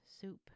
Soup